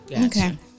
Okay